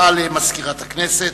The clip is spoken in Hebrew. הודעה למזכירת הכנסת.